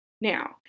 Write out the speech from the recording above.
Now